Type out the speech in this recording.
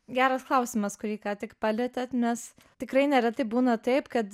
geras klausimas kurį ką tik palietėt nes tikrai neretai būna taip kad